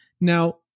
Now